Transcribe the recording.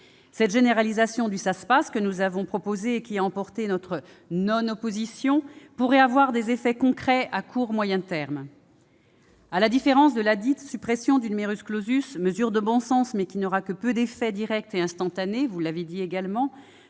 Cette généralisation du Saspas, que nous avons proposée et qui a emporté notre non-opposition, pourrait avoir des effets concrets à court et moyen terme. À la différence de ladite « suppression » du, mesure de bon sens mais qui n'aura que peu d'effets directs et instantanés- cela a été également